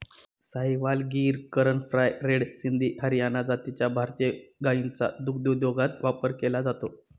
Sahiwal, Gir, Karan Fries, Red Sindhi, Haryana जातीच्या भारतीय गायींचा दुग्धोद्योगात वापर केला जातो